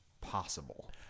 possible